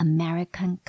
American